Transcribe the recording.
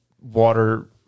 water